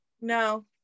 no